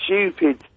stupid